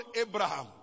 abraham